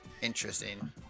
interesting